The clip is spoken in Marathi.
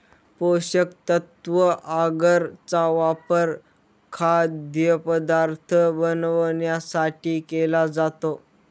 पोषकतत्व आगर चा वापर खाद्यपदार्थ बनवण्यासाठी केला जातो